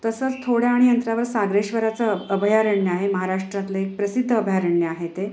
तसंच थोड्या आणि अंतरावर सागरेश्वराचं अ अभयारण्य आहे महाराष्ट्रातलं एक प्रसिद्ध अभयारण्य आहे ते